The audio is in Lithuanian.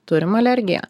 turim alergiją